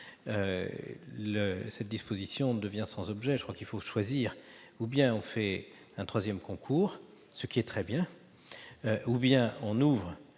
cette disposition devient sans objet. Je crois qu'il faut choisir : ou bien on fait un troisième concours- ce qui est très bien -, ou bien on ouvre